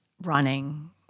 running